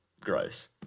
gross